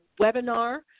webinar